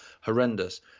horrendous